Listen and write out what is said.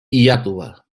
iàtova